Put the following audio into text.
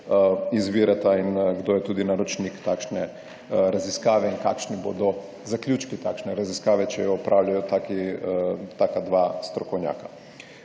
izvirata in kdo je tudi naročnik takšne raziskave in kakšni bodo zaključki takšne raziskave, če jo opravljata taka dva strokovnjaka.